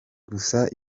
gusa